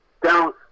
down